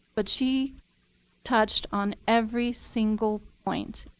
but she touched on every single point,